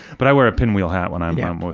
but i wear a pinwheel hat when i'm yeah with